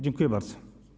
Dziękuję bardzo.